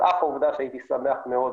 על אף העובדה שהייתי שמח מאוד